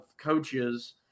coaches